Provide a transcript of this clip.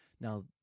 Now